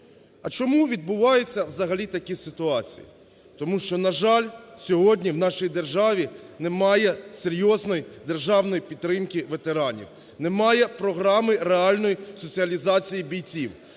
А чому відбуваються взагалі такі ситуації? Тому що, на жаль, сьогодні в нашій державі немає серйозної державної підтримки ветеранів, немає програми реальної соціалізації бійців.